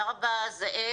רשות החברות,